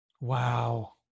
Wow